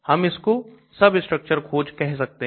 हम इसको सब स्ट्रक्चर खोज कह सकते हैं